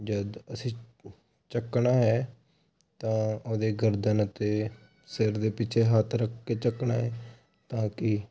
ਜਦੋਂ ਅਸੀਂ ਚੱਕਣਾ ਹੈ ਤਾਂ ਉਹਦੇ ਗਰਦਨ ਅਤੇ ਸਿਰ ਦੇ ਪਿੱਛੇ ਹੱਥ ਰੱਖ ਕੇ ਚੱਕਣਾ ਹੈ ਤਾਂ ਕਿ